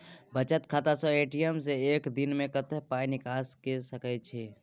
बचत खाता स ए.टी.एम से एक दिन में कत्ते पाई निकासी के सके छि?